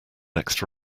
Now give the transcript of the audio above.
next